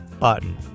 button